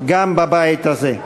גם בבית הזה.